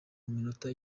minota